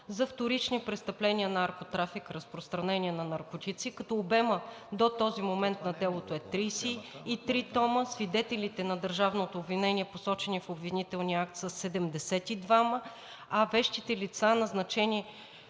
за вторични престъпления – наркотрафик, разпространение на наркотици, като обемът до този момент на делото е 33 тома, свидетелите на държавното обвинение, посочени в обвинителния акт, са 72, а вещите лица, назначени